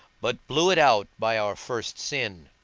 but blew it out by our first sin